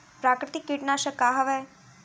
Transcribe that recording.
प्राकृतिक कीटनाशक का हवे?